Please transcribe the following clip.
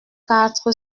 quatre